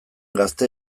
gazte